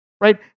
right